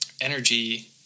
energy